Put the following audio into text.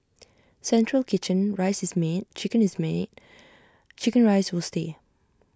central kitchen rice is made chicken is made Chicken Rice will stay